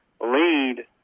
lead